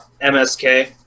MSK